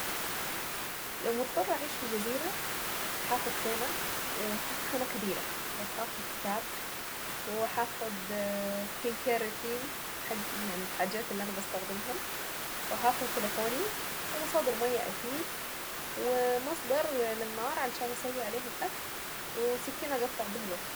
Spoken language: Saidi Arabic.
لو مضطرة اعيش في جزيرة، هاخد خيمة وهاخد خيمة كبيرة، وهاخد كتاب وهاخد سكين كير روتين حقي يعني الحاجات اللي انا بستخدمها، وهاخد تليفوني، ومصادر مية اكيد، ومصدر للنار علشان اسوي عليه الاكل، وسكينة اقطع بها الاكل.